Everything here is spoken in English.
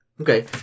Okay